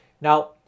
Now